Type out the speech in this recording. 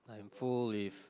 I am full with